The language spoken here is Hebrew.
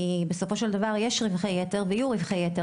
כי בסופו של דבר יש רווחי יתר ויהיו רווחי יתר